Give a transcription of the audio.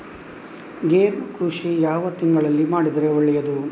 ಗೇರು ಕೃಷಿ ಯಾವ ತಿಂಗಳಲ್ಲಿ ಮಾಡಿದರೆ ಒಳ್ಳೆಯದು?